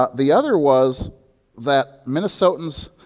ah the other was that minnesotansoi'm